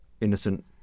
innocent